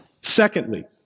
Secondly